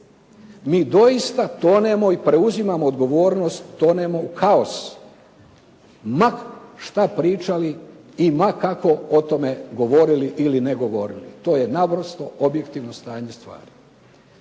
Mi doista tonemo i preuzimamo odgovornost, tonemo u kaos, ma šta pričali i ma kako o tome govorili ili ne govorili. To je naprosto objektivno stanje stvari.